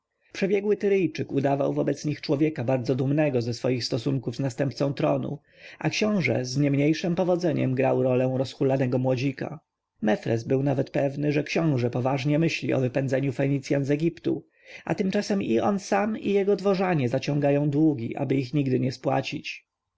przebiegły tyryjczyk udawał wobec nich człowieka bardzo dumnego ze swoich stosunków z następcą tronu a książę z niemniejszem powodzeniem grał rolę rozhulanego młodzika mefres był nawet pewny że książę poważnie myśli o wypędzeniu fenicjan z egiptu a tymczasem i on sam i jego dworzanie zaciągają długi aby ich nigdy nie spłacić